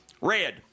Red